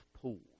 pools